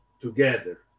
Together